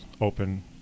open